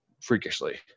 freakishly